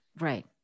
Right